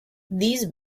these